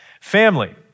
Family